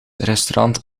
restaurant